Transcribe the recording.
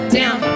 down